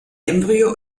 embryo